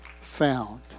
found